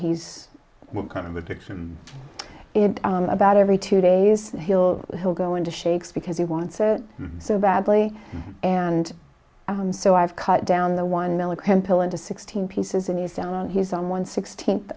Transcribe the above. he's kind of addiction about every two days and he'll go into shakes because he wants it so badly and so i've cut down the one milligram pill into sixteen pieces and used his on one sixteenth